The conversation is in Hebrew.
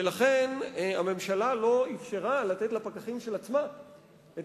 ולכן הממשלה לא אפשרה לפקחים של עצמה את